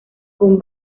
con